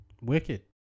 Wicked